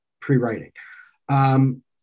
pre-writing